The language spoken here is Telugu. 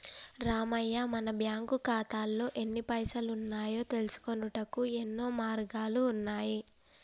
రామయ్య మన బ్యాంకు ఖాతాల్లో ఎన్ని పైసలు ఉన్నాయో తెలుసుకొనుటకు యెన్నో మార్గాలు ఉన్నాయి